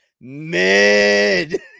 Mid